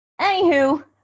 Anywho